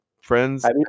friends